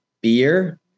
beer